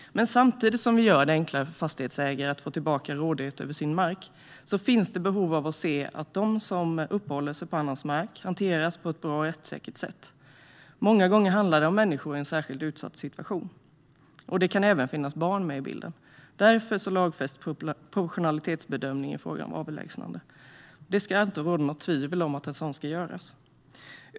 Samtidigt som vi gör det enklare för fastighetsägare att få tillbaka rådighet över sin mark finns det behov av att se att de som uppehåller sig på annans mark hanteras på ett bra och rättssäkert sätt. Många gånger handlar det om människor i en särskilt utsatt situation, och det kan även finnas barn med i bilden. Därför lagfästs proportionalitetsbedömningen i fråga om avlägsnande, för det ska inte råda något tvivel om att en sådan ska göras.